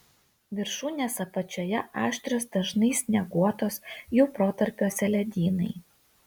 viršūnės apačioje aštrios dažnai snieguotos jų protarpiuose ledynai